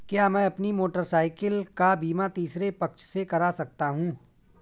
क्या मैं अपनी मोटरसाइकिल का बीमा तीसरे पक्ष से करा सकता हूँ?